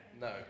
No